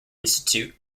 institute